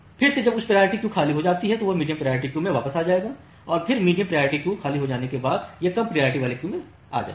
फिर से जब उच्च प्रायोरिटी क्यू खाली हो जाती है तो यह मीडियम प्रायोरिटी क्यू में आ जाएगी और फिर मीडियम प्रायोरिटी क्यू खाली हो जाने के बाद यह कम प्रायोरिटी वाली क्यू में आ जाएगी